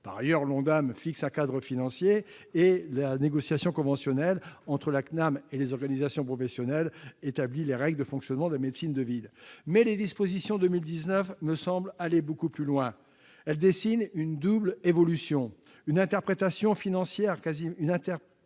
Par ailleurs, l'ONDAM fixe un cadre financier et la négociation conventionnelle entre la CNAM et les organisations professionnelles établit les règles de fonctionnement de la médecine de ville, mais les dispositions prévues pour 2019 me semblent aller beaucoup plus loin. Elles dessinent une double évolution : une interpénétration financière quasi